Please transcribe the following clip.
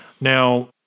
Now